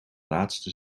laatste